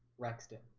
rexton